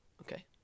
okay